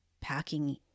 packing